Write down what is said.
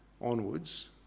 onwards